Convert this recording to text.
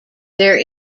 there